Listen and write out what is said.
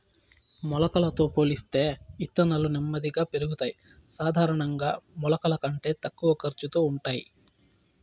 మొలకలతో పోలిస్తే ఇత్తనాలు నెమ్మదిగా పెరుగుతాయి, సాధారణంగా మొలకల కంటే తక్కువ ఖర్చుతో ఉంటాయి